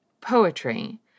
poetry